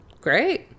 great